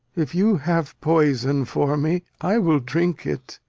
if you have poison for me, i will drink it.